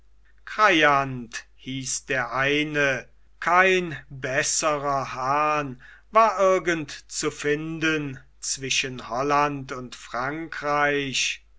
kreyant hieß der eine kein besserer hahn war irgend zu finden zwischen holland und frankreich